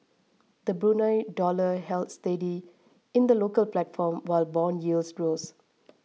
the Brunei dollar held steady in the local platform while bond yields rose